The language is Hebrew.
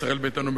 ישראל ביתנו,